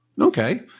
Okay